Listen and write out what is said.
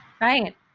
right